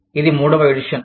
ఇది మూడవ ఎడిషన్